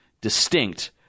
distinct